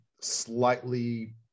slightly